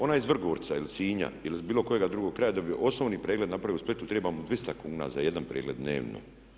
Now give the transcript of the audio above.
Onaj iz Vrgorca ili Sinja ili iz bilo kojega drugoga kraja da bi osnovni pregled napravio u Splitu treba mu 200 kuna za jedan pregled dnevno.